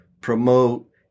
promote